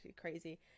crazy